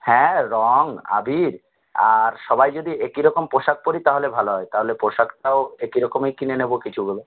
হ্যাঁ রং আবির আর সবাই যদি একই রকম পোশাক পরি তাহলে ভালো হয় তাহলে পোশাকটাও একই রকমই কিনে নেবো কিছুগুলো